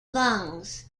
lungs